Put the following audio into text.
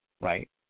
right